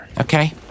Okay